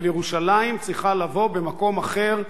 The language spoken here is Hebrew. אבל ירושלים צריכה לבוא במקום אחר.